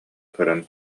көрөн